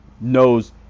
knows